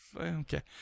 Okay